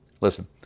Listen